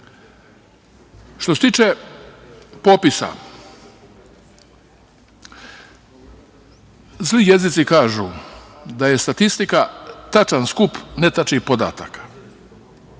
se tiče popisa, zli jezici kažu da je statistika tačan skup netačnih podataka.